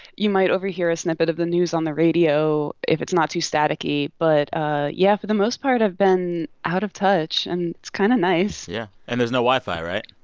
you might overhear a snippet of the news on the radio if it's not too staticky. but ah yeah, for the most part, i've been out of touch, and it's kind of nice yeah, yeah, and there's no wi-fi right?